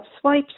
swipe